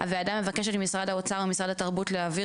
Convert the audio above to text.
הוועדה מבקשת ממשרד האוצר ומשרד התרבות להעביר